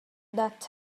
that